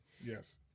Yes